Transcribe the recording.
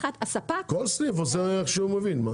הספק יכול לקחת --- כל סניף עושה איך שהוא מבין.